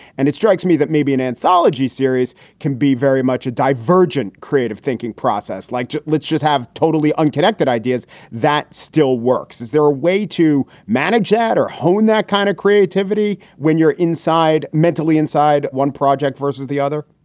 and it strikes me that maybe an anthology series can be very much a divergent creative thinking process, like let's just have totally unconnected ideas that still works. is there a way to manage that or hone that kind of creativity when you're inside mentally inside one project versus the other?